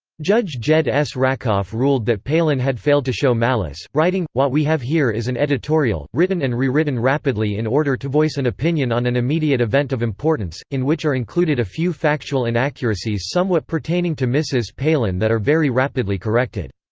judge jed s. rakoff ruled that palin had failed to show malice, writing what we have here is an editorial, written and rewritten rapidly in order to voice an opinion on an immediate event of importance, in which are included a few factual inaccuracies somewhat pertaining to mrs. palin that are very rapidly corrected.